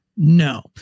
No